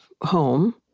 home